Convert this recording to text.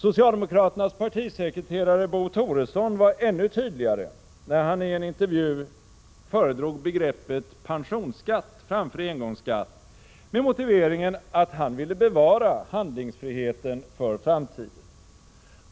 Socialdemokraternas partisekreterare Bo Toresson var ännu tydligare, när hanienintervju föredrog begreppet pensionsskatt framför engångsskatt med motiveringen att han ville bevara handlingsfriheten för framtiden.